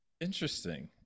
Interesting